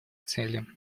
цели